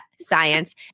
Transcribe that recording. science